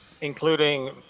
including